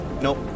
nope